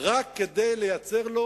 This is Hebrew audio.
רק כדי לייצר לו